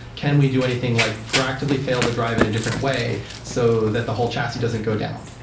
can we do anything like proactively fail the drive in a different way so that the whole chassis doesn't go down?